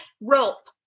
rope